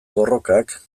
borrokak